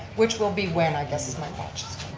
which will be when i guess is my question?